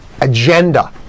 agenda